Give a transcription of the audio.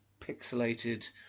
pixelated